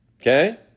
Okay